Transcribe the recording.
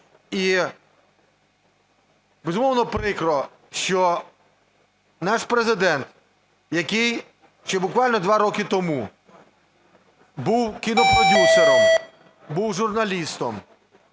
І, безумовно, прикро, що наш Президент, який ще буквально два роки тому був кінопродюсером, був журналістом